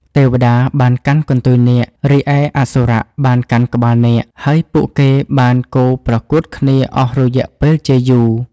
ទេវតាបានកាន់កន្ទុយនាគ រីឯអសុរៈបានកាន់ក្បាលនាគ ហើយពួកគេបានកូរប្រកួតគ្នាអស់រយៈពេលជាយូរ។